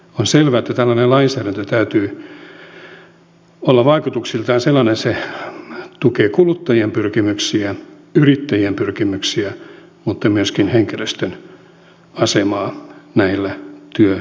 on selvää että tällaisen lainsäädännön täytyy olla vaikutuksiltaan sellainen että se tukee kuluttajien pyrkimyksiä yrittäjien pyrkimyksiä mutta myöskin henkilöstön asemaa näillä työpaikoilla